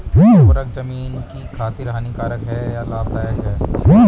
उर्वरक ज़मीन की खातिर हानिकारक है या लाभदायक है?